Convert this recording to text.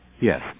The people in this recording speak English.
Yes